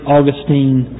Augustine